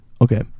Okay